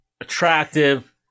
attractive